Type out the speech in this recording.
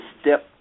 step